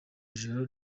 ijoro